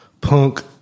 punk